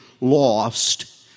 lost